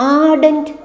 ardent